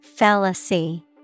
Fallacy